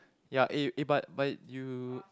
ya eh eh but but you